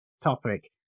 topic